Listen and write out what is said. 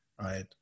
right